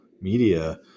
media